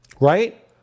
right